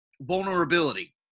vulnerability